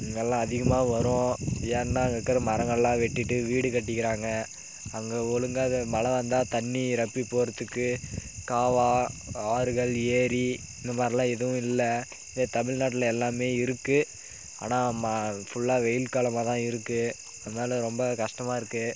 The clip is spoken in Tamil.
இதெல்லாம் அதிகமாக வரும் ஏன்னா அங்கே இருக்கிற மரங்கள்லாம் வெட்டிவிட்டு வீடு கட்டிக்கிறாங்க அங்கே ஒழுங்காக மழை வந்தால் தண்ணிர் நிரப்பி போகிறதுக்கு கால்வாய் ஆறுகள் ஏரி இந்தமாதிரிலாம் எதுவும் இல்லை இதே தமிழ்நாட்டில் எல்லாம் இருக்கு ஆனால் ஃபுல்லாக வெயில்காலமாக தான் இருக்கு அதனால் ரொம்ப கஷ்டமாக இருக்கு